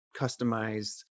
customized